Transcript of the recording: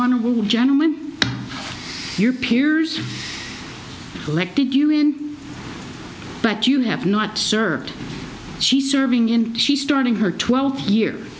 honorable gentleman your peers elected you in but you have not served she serving in she starting her twelve year